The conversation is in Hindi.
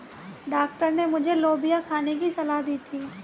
डॉक्टर ने मुझे लोबिया खाने की सलाह दी थी